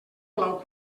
blau